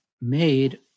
made